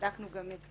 בדקנו גם את